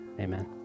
amen